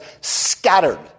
scattered